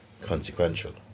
consequential